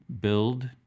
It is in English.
build